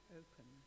open